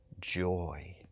joy